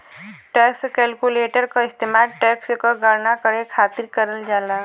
tax calculator क इस्तेमाल tax क गणना करे खातिर करल जाला